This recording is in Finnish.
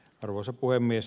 arvoisa puhemies